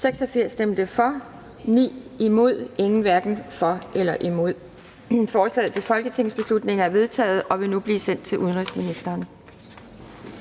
Zimmer (UFG)), hverken for eller imod stemte 0. Forslaget til folketingsbeslutning er vedtaget og vil nu blive sendt til udenrigsministeren.